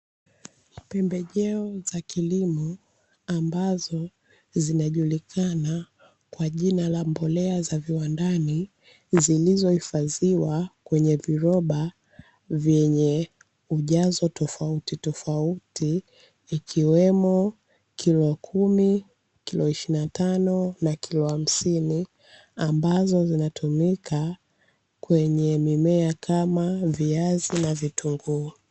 Pembejeo za kilimo ambazo zinajulikana kwa jina la mbolea za viwandani, zilizohifadhiwa kwenye viroba vyenye ujazo tofauti tofauti ikiwemo kilo kumi, kilo ishirini na tano na kilo hamsini ambazo zinatumika kwenye mimea kama viazi na vitunguu.